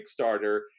Kickstarter